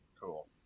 Cool